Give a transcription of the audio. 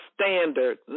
standard